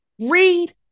Read